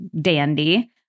dandy